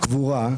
קבורה,